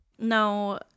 No